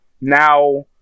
now